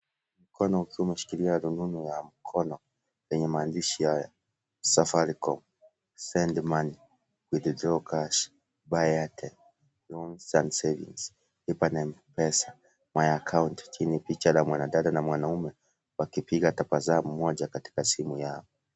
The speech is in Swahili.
Mkono ukiwa umeshikilia rununu kwenye mkono wa maandishi haya Safaricom, send money, withdraw cash, buy airtime, loans and savings, lipa na mpesa, my account chini picha ya mwanadada na mwanamume wakipiga tabasamu moja katika simu yao.